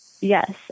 Yes